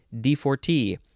d4t